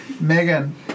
Megan